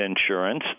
insurance